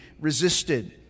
resisted